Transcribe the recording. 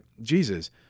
Jesus